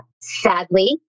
sadly